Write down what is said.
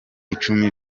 icumi